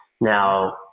Now